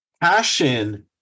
passion